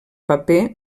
paper